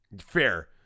Fair